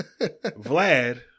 Vlad